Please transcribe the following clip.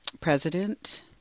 president